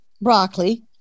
broccoli